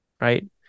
Right